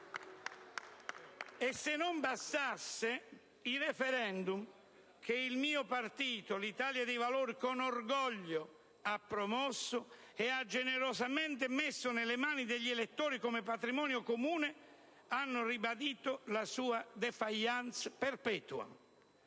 E se non bastasse, i *referendum*, che il mio partito, l'Italia dei Valori, con orgoglio ha promosso e ha generosamente messo nelle mani degli elettori come patrimonio comune, hanno ribadito la sua *défaillance* perpetua.